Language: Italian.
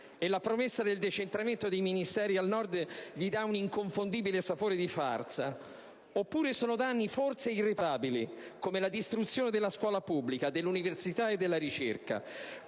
(la promessa del decentramento dei Ministeri al Nord mi dà un inconfondibile sapore di farsa), oppure sono danni forse irreparabili, come la distruzione della scuola pubblica, dell'università e della ricerca.